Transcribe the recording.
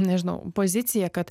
nežinau pozicija kad